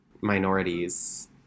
minorities